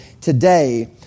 today